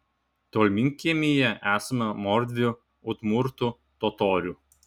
tolminkiemyje esama mordvių udmurtų totorių